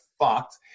fucked